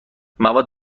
مواد